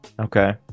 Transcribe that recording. okay